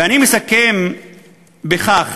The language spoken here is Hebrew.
ואני מסכם בכך: